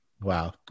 Wow